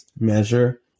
measure